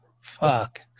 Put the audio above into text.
Fuck